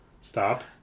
stop